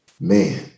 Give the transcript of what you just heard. man